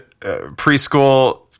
Preschool